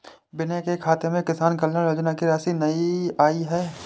विनय के खाते में किसान कल्याण योजना की राशि नहीं आई है